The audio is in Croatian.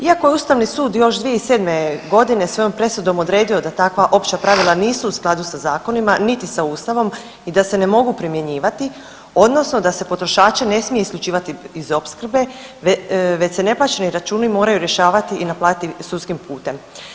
Iako je Ustavni sud još 2007.g. svojom presudom odredio da takva opća pravila nisu u skladu sa zakonima niti sa Ustavom i da se ne mogu primjenjivati odnosno da se potrošače ne smije isključivati iz opskrbe već se neplaćeni računi moraju rješavati i naplatiti sudskim putem.